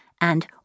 and